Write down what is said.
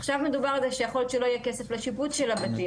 עכשיו מדובר על זה שיכול להיות שלא יהיה כסף לשיפוץ של הבתים.